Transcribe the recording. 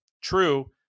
True